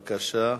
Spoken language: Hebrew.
בבקשה,